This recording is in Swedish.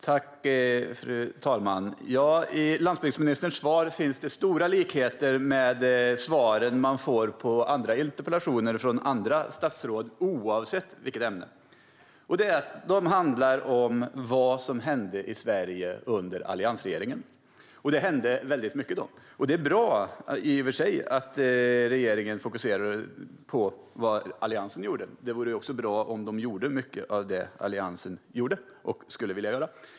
Fru talman! I landsbygdsministerns svar finns stora likheter med svaren man får på andra interpellationer från andra statsråd oavsett ämne. De handlar om vad som hände i Sverige under alliansregeringen, och då hände det mycket. Det är i och för sig bra att regeringen fokuserar på vad Alliansen gjorde, och det vore också bra om man gjorde mycket av det Alliansen gjorde och skulle vilja göra.